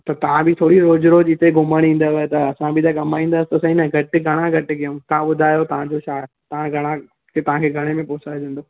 त तव्हां बि थोरी रोज़ु रोज़ु हिते घुमण ईंदव त असां बि कमाईंदासीं त सही न घटि घणा घटि कयूं तव्हां ॿुधायो तव्हां जो छाहे तव्हां घणा के तव्हां खे घणे में पोसाइजंदो